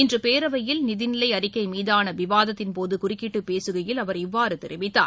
இன்று பேரவையில் நிதிநிலை அறிக்கை மீதான விவாத்தின் போது குறுக்கிட்டு பேசுகையில் அவர் இவ்வாறு தெரிவித்தார்